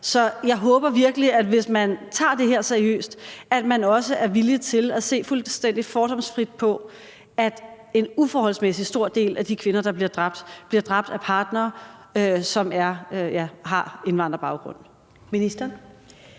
Så jeg håber virkelig, at man, hvis man tager det her seriøst, også er villig til at se fuldstændig fordomsfrit på, at en uforholdsmæssig stor del af de kvinder, der bliver dræbt, bliver dræbt af partnere, som har indvandrerbaggrund.